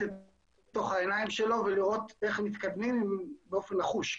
לתוך העיניים שלו ולראות איך מתקדמים באופן נחוש,